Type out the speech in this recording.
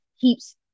keeps